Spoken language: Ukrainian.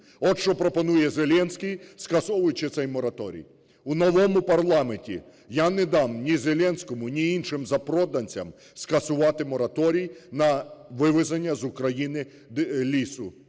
от що пропонує Зеленський, скасовуючи цей мораторій. У новому парламенті я не дам ні Зеленському, ні іншим запроданцям скасувати мораторій на вивезення з України лісу,